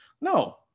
No